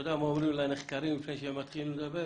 אתה יודע מה אומרים לנחקרים לפני שהם מתחילים לדבר?